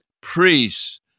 priests